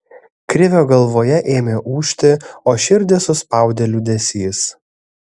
krivio galvoje ėmė ūžti o širdį suspaudė liūdesys